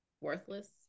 worthless